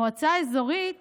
מועצה אזורית